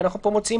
המשפט,